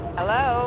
Hello